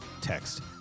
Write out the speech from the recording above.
text